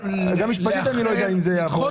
גם משפטית אני לא יודע אם זה יעבור.